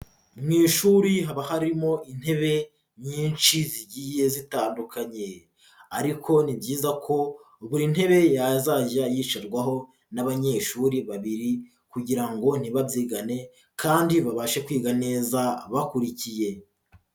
Mu ishuri haba harimo intebe nyinshi zigiye zitandukanye ariko ni byiza ko buri ntebe yazajya yicarwaho n'abanyeshuri babiri kugira ngo ntibabyigane kandi babashe kwiga neza bakurikiye.